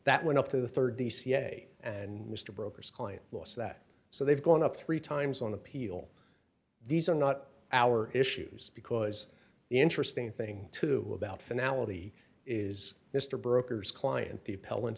that went up to the rd the c s a and mr brokers client lost that so they've gone up three times on appeal these are not our issues because the interesting thing too about finale is mr broker's client